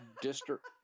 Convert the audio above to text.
district